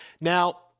Now